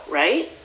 right